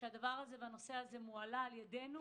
שהדבר הזה מועלה על-ידינו